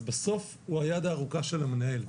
בסוף הוא היד הארוכה של המנהל.